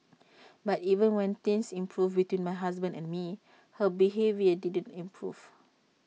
but even when things improved between my husband and me her behaviour didn't improve